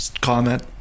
comment